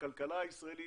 בכלכלה הישראלית,